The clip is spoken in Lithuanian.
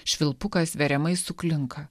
švilpukas veriamai suklinka